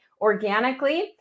organically